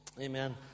Amen